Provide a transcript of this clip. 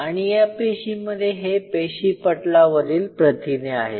आणि या पेशीमध्ये हे पेशी पटलावरील प्रथिने आहेत